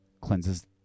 cleanses